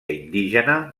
indígena